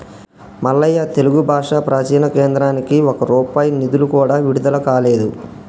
మల్లయ్య తెలుగు భాష ప్రాచీన కేంద్రానికి ఒక్క రూపాయి నిధులు కూడా విడుదల కాలేదు